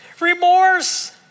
remorse